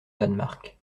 danemark